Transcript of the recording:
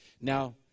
Now